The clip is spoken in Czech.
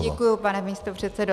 Děkuji, pane místopředsedo.